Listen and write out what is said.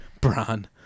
Bran